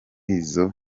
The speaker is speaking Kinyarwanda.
izo